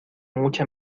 mucha